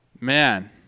Man